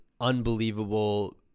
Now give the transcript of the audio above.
unbelievable